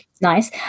nice